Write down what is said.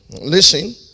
Listen